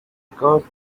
because